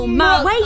wait